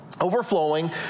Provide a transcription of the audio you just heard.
overflowing